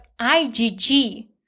IgG